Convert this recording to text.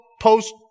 post